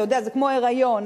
זה כמו היריון,